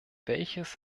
welches